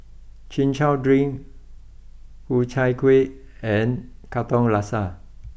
Chin Chow drink Ku Chai Kuih and Katong Laksa